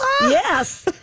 Yes